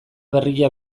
berria